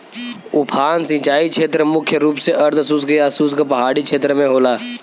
उफान सिंचाई छेत्र मुख्य रूप से अर्धशुष्क या शुष्क पहाड़ी छेत्र में होला